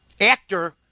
actor